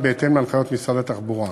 בהתאם להנחיות משרד התחבורה.